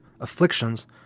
afflictions